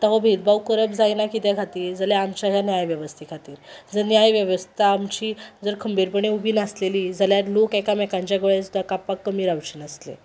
आतां हो भेदभाव करप जायना किद्या खातीर जाल्यार आमच्या ह्या न्याय वेवस्थे खातीर जर न्यायवेवस्था आमची जर खंबीरपणे उबी नासलेली जाल्यार लोक एकामेकांच्या गळे सुद्दां कापपाक कमी रावचे नासले